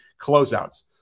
closeouts